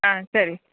ஆ சரி